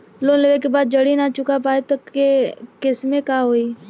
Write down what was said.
Loan लेवे के बाद जड़ी ना चुका पाएं तब के केसमे का होई?